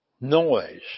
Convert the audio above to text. Noise